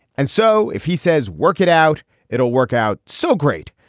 and so if he says work it out it will work out so great.